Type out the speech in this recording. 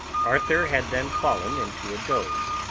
arthur had then fallen into a doze,